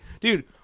Dude